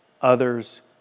others